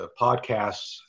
podcasts